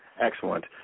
Excellent